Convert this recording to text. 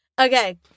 Okay